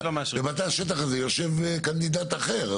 ובתא השטח הזה יושב מועמד אחר.